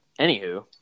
anywho